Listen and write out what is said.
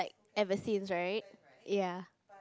ever since right ya